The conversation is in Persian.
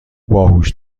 باهوش